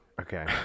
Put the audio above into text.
Okay